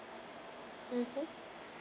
mmhmm